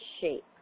shape